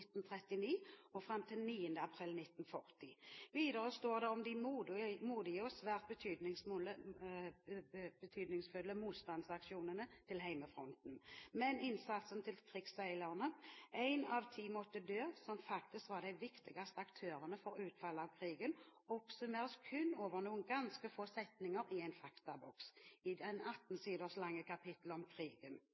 april 1940. Videre står det om de modige og svært betydningsfulle motstandsaksjonene til Heimefronten. Men innsatsen til de norske krigsseilerne, én av ti måtte dø, som faktisk var de viktigste aktørene for utfallet av krigen, oppsummeres kun over noen ganske få setninger i en faktaboks i det 18-siders lange kapittelet om krigen